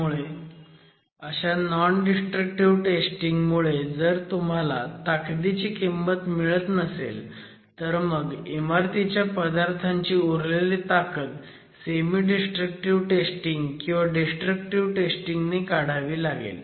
त्यामुळे अशा non destructive testing मुळे जर तुम्हाला ताकदीची किंमत मिळत नसेल तर मग इमारतीच्या पदार्थांची उरलेली ताकद सेमी डिस्ट्रक्टिव्ह टेस्टिंग किंवा डिस्ट्रक्टिव्ह टेस्टिंग ने काढावी लागेल